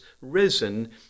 risen